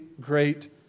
great